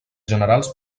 generals